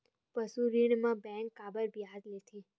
पशु ऋण म बैंक काबर ब्याज लेथे?